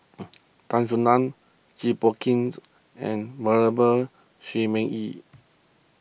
Tan Soo Nan Jit Ch'ng and Venerable Shi Ming Yi